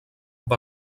amb